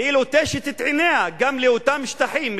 והיא לוטשת את עיניה גם לאותם שטחים,